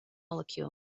molecule